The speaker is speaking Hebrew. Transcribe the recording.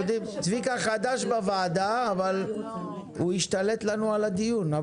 האוזר חדש בוועדה אבל הוא השתלט לנו על הדיון.